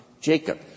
Jacob